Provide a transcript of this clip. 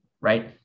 right